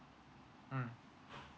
mm